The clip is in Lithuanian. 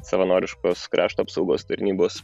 savanoriškos krašto apsaugos tarnybos